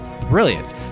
brilliant